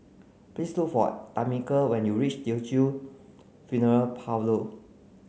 please look for Tamica when you reach Teochew Funeral Parlour